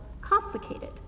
complicated